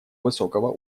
высокого